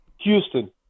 Houston